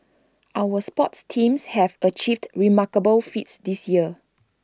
our sports teams have achieved remarkable feats this year